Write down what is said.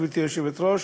גברתי היושבת-ראש,